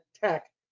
tech